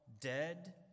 dead